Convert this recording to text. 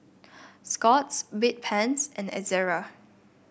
Scott's Bedpans and Ezerra